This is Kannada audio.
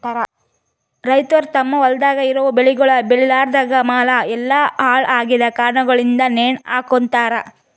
ರೈತುರ್ ತಮ್ ಹೊಲ್ದಾಗ್ ಇರವು ಬೆಳಿಗೊಳ್ ಬೇಳಿಲಾರ್ದಾಗ್ ಮಾಲ್ ಎಲ್ಲಾ ಹಾಳ ಆಗಿದ್ ಕಾರಣಗೊಳಿಂದ್ ನೇಣ ಹಕೋತಾರ್